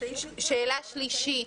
שאלה שלישית,